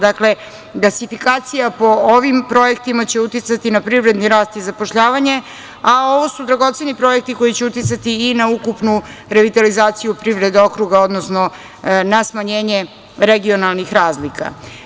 Dakle, gasifikacija po ovim projektima će uticati na privredni rast i zapošljavanje, a ovo su dragoceni projekti koji će uticati i na ukupnu revitalizaciju privrede, okruga, odnosno na smanjenje regionalnih razlika.